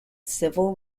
civil